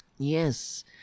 Yes